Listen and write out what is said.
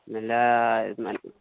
मानि लए